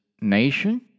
nation